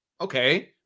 Okay